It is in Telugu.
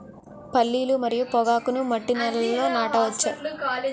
పల్లీలు మరియు పొగాకును మట్టి నేలల్లో నాట వచ్చా?